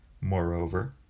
moreover